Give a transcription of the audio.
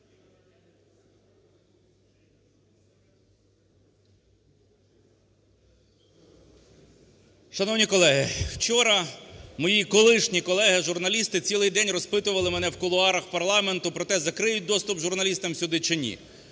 Шановні колеги. вчора мої колишні колеги-журналісти цілий день розпитували мене в кулуарах парламенту про те: закриють доступ журналістам сюди чи ні?